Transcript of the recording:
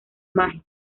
mágico